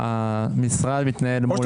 המשרד מתנהל מול